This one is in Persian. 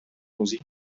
موزیک